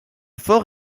fort